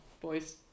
boys